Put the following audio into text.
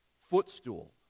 Footstool